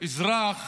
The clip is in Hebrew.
אזרח